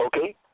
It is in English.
Okay